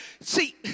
See